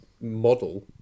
model